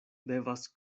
devas